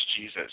Jesus